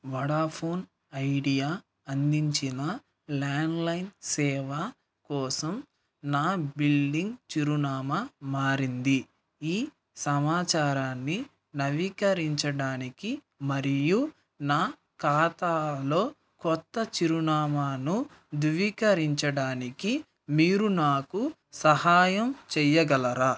Vodafone Idea అందించిన landline సేవ కోసం నా బిల్లిం గ్ చిరునామా మారింది ఈ సమాచారాన్ని నవీకరించడానికి మరియు నా ఖాతాలో కొత్త చిరునామాను ధృవీకరించడానికి మీరు నాకు సహాయం చెయ్యగలరా